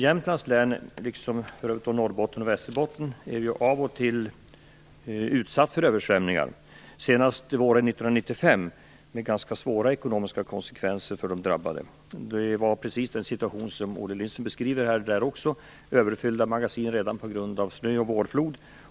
Jämtlands län, liksom Norrbottens och Västerbottens län, är ju av och till utsatt för översvämningar, senast våren 1995 med ganska svåra ekonomiska konsekvenser för de drabbade. Situationen där var, precis som Olle Lindström beskriver, överfyllda magasin redan på grund av snö och vårflod.